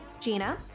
Gina